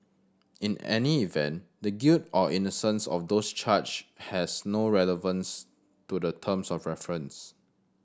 in any event the guilt or innocence of those charged has no relevance to the terms of reference